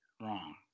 wrong